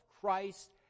Christ